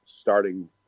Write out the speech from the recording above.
starting